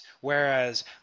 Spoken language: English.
Whereas